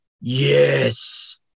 Yes